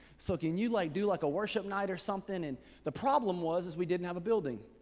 so can you like do like a worship night or something? and the problem was, is we didn't have a building?